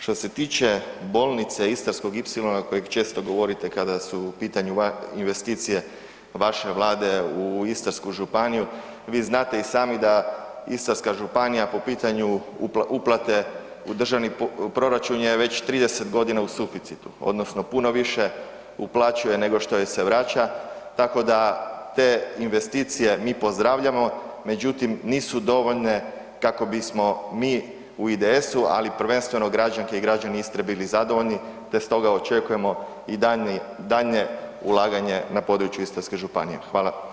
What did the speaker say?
Što se tiče bolnice i istarskog ipsilona kojeg često govorite kada su u pitanju investicije vaše Vlade u Istarsku županiju, vi znate i sami da Istarska županija po pitanju uplate u državni proračun je već 30 godina u suficitu odnosno puno više uplaćuje nego što joj se vraća tako da te investicije mi pozdravljamo, međutim nisu dovoljne kako bismo mi u IDS-u, ali prvenstveno građanke i građani Istre bili zadovoljni, te stoga očekujemo i daljnji, daljnje ulaganje na područje Istarske županije.